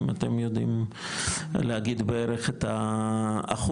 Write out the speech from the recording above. אם אתם יודעים להגיד בערך את האחוז,